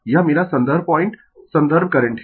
यह मेरा संदर्भ पॉइंट संदर्भ करंट है